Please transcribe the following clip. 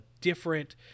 different